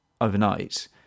overnight